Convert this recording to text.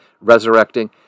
resurrecting